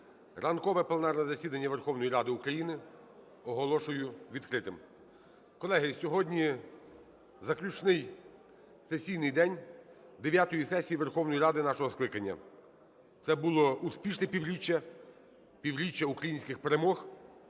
Ранкове пленарне засідання Верховної Ради України оголошую відкритим. Колеги, сьогодні заключний сесійний день дев'ятої сесії Верховної Ради нашого скликання. Це було успішне півріччя - півріччя українських перемог,